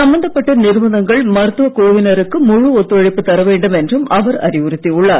சம்பந்தப்பட்ட நிறுவனங்கள் மருத்துவக் குழுவினருக்கு முழு ஒத்துழைப்பு தரவேண்டும் என்றும் அவர் அறிவுறுத்தியுள்ளார்